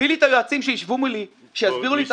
תביאי לי את היועצים שישבו מולי ויסבירו לי.